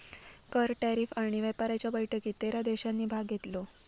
कर, टॅरीफ आणि व्यापाराच्या बैठकीत तेरा देशांनी भाग घेतलो